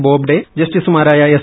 ബോബ്ഡെ ജസ്റ്റിസുമാരായ എസ്